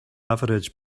average